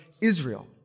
Israel